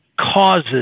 causes